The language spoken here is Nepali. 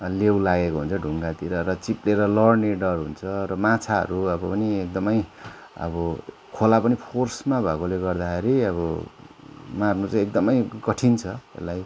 लेउ लागेको हुन्छ डुङ्गातिर र चिप्लेर लड्ने डर हुन्छ र माछाहरू अब नि एकदमै अब खोला पनि फोर्समा भएकोले गर्दाखेरि अब मार्नु चाहिँ एकदमै कठिन छ यसलाई